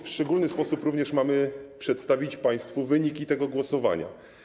W szczególny sposób również mamy przedstawić państwu wyniki tego głosowania.